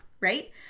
right